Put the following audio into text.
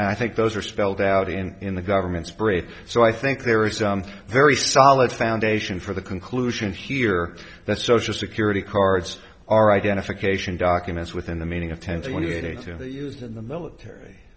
i think those are spelled out and in the government's braith so i think there is a very solid foundation for the conclusion here that social security cards are identification documents within the meaning of ten to twenty eight in the military